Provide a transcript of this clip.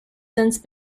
since